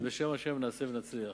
ובשם השם נעשה ונצליח.